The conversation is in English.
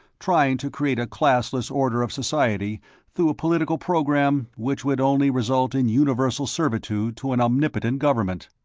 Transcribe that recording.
trying to create a classless order of society through a political program which would only result in universal servitude to an omnipotent government.